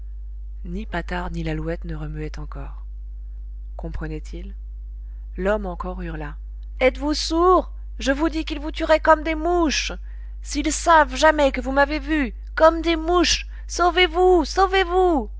ni patard ni lalouette ne remuaient encore comprenaient ils l'homme encore hurla etes-vous sourds je vous dis qu'ils vous tueraient comme des mouches s'ils savent jamais que vous m'avez vu comme des mouches sauvez-vous sauvez-vous